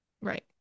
Right